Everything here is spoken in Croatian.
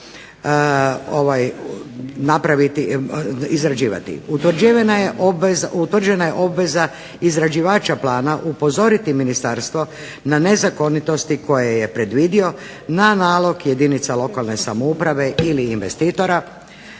Utvrđena je obveza izrađivača plana upozoriti ministarstvo na nezakonitosti koje je predvidio na nalog jedinica lokalne samouprave ili investitora